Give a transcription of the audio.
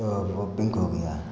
तो वो पिंक हो गया